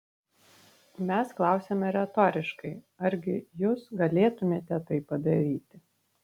mes klausiame retoriškai argi jus galėtumėte tai padaryti